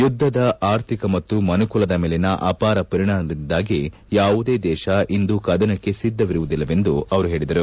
ಯುದ್ಧದ ಆರ್ಥಿಕ ಮತ್ತು ಮನುಕುಲುದ ಮೇಲಿನ ಅಪಾರ ಪರಿಣಾಮದಿಂದಾಗಿ ಯಾವುದೇ ದೇಶ ಇಂದು ಕದನಕ್ಕೆ ಸಿದ್ಧವರುವುದಿಲ್ಲವೆಂದು ಅಮರು ಹೇಳಿದರು